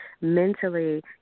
mentally